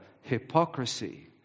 hypocrisy